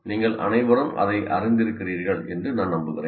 நீங்கள் அனைவரும் அதை அறிந்திருக்கிறீர்கள் என்று நான் நம்புகிறேன்